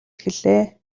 эхэллээ